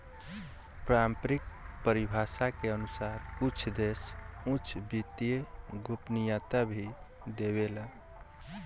पारम्परिक परिभाषा के अनुसार कुछ देश उच्च वित्तीय गोपनीयता भी देवेला